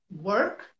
work